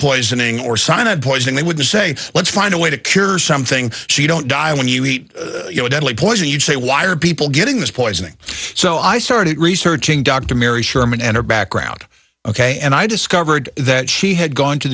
poisoning or cyanide poisoning they would say let's find a way to cure something she don't die when you eat you know deadly poison you say why are people getting this poisoning so i started researching dr mary sherman and her background ok and i discovered that she had gone to